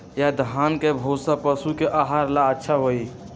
या धान के भूसा पशु के आहार ला अच्छा होई?